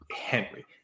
Henry